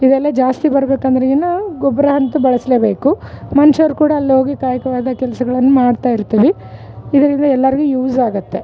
ಇದೆಲ್ಲ ಜಾಸ್ತಿ ಬರ್ಬೆಕು ಅಂದ್ರಗಿನ ಗೊಬ್ಬರ ಅಂತು ಬಳಸಲೇಬೇಕು ಮನುಷ್ಯರ್ ಕೂಡ ಅಲ್ಲಿ ಹೋಗಿ ಕಾಯಕವಾದ ಕೆಲಸಗಳನ್ ಮಾಡ್ತಾಯಿರ್ತಿವಿ ಇದರಿಂದ ಎಲ್ಲರಿಗು ಯೂಸ್ ಆಗುತ್ತೆ